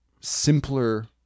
simpler